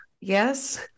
yes